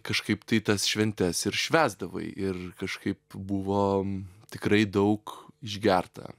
kažkaip tai tas šventes ir švęsdavai ir kažkaip buvo tikrai daug išgerta